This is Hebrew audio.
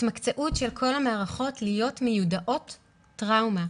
של כל המערכות להיות מיודעות טראומה,